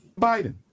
biden